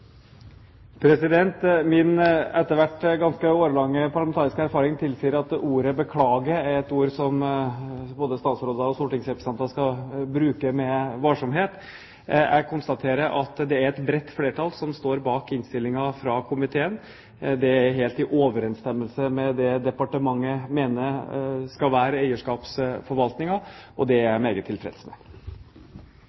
Min etter hvert ganske årelange parlamentariske erfaring tilsier at ordet «beklage» er et ord som både statsråder og stortingsrepresentanter skal bruke med varsomhet. Jeg konstaterer at det er et bredt flertall som står bak innstillingen fra komiteen. Det er helt i overensstemmelse med det departementet mener skal være eierskapsforvaltningen, og det er